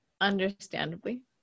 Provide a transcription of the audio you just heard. understandably